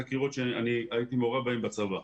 חקירות בהן הייתי מעורב בצבא.